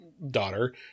daughter